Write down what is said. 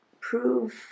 prove